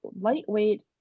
lightweight